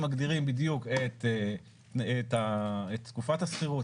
מגדירים בדיוק את תקופת השכירות,